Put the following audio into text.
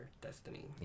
destiny